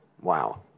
Wow